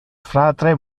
fratre